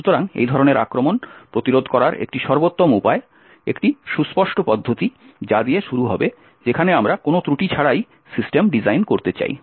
সুতরাং এই ধরনের আক্রমণ প্রতিরোধ করার একটি সর্বোত্তম উপায় একটি সুস্পষ্ট পদ্ধতি যা দিয়ে শুরু হবে যেখানে আমরা কোনো ত্রুটি ছাড়াই সিস্টেম ডিজাইন করতে চাই